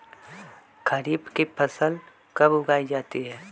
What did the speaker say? खरीफ की फसल कब उगाई जाती है?